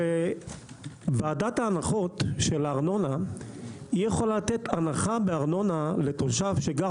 ועדת ההנחות של הארנונה יכולה לתת הנחה בארנונה לתושב שגר